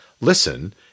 Listen